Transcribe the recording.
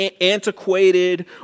antiquated